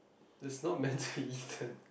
it's not man to eaten